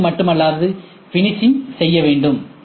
machining மட்டுமல்லாது finishing செய்ய வேண்டும்